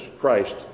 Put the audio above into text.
Christ